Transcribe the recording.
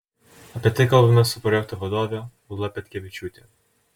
apie tai kalbamės su projekto vadove ūla petkevičiūte